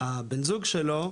הבן זוג שלו,